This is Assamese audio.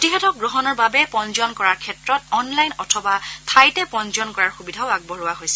প্ৰতিষেধক গ্ৰহণৰ বাবে পঞ্জীয়ন কৰাৰ ক্ষেত্ৰত অনলাইন অথবা ঠাইতে পঞ্জীয়ন কৰাৰ সুবিধাও আগবঢ়োৱা হৈছে